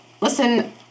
Listen